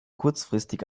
kurzfristig